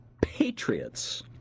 patriots